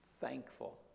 thankful